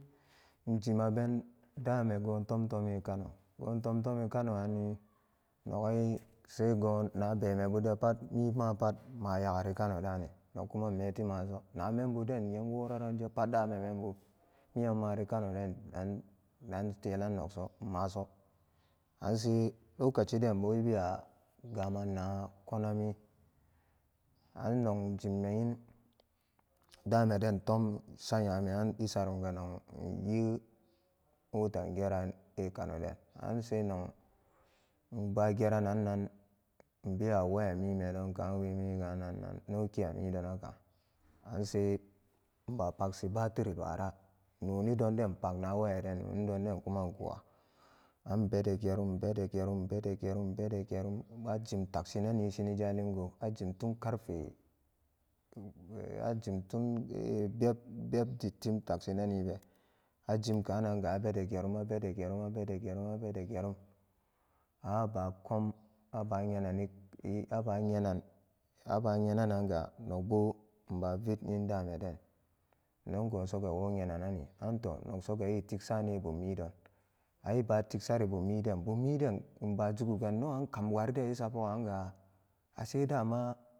Injimaben dame go tomtome kano go tom tomi kano anni nogai sai go nag bemebudepat mimapat mayagani kano duni nogkuma in meti maso na menbuden yemworaran jepa dume membu mi'anmari kano ran an tenan nogso inmaso an sai lokaci denbo ebewa gamanna komani annago jimme in dumeden tomsa nyame an esarumga inyne mota in gerante kanoden anse nog inbageranan inbewa waya mimedon ka wemi kanannan nokia midonaka anse inba pagshi battery bara nonidonde inpagna wayaden noni donden kuma inguwa an ibede gerum inbede gerum inbede gerum inbede gerum inbajim takshinani shini jalingo ajimtun karfe e-ajimtun beb beb dittim tukshinanibe ajimkananga abede geam abede gerum abede gerum abede gerum an aba kom aba nyenani e-ba nyenan abanyenananga nogbo inbu vit dameden innogosoga wora nyenanani anto nogsoga e tiksane bummidon an eba tiksan bummiden bummiden inba juguga inno an kam wuride esapo anga ase dama.